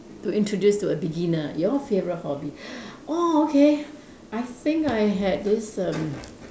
to introduce to a beginner your favorite hobby orh okay I think I had this err